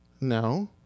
No